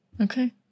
Okay